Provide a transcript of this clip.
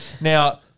Now